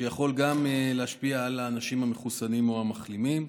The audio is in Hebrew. שיכול גם להשפיע על האנשים המחוסנים או המחלימים.